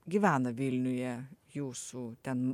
gyvena vilniuje jūsų ten